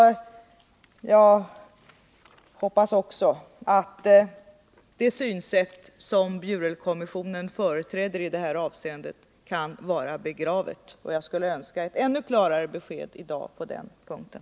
Jag hoppas också att det synsätt som Bjurelkommissionen företräder i detta avseende kan vara begravet. Jag skulle önska ännu klarare besked i dag på den punkten.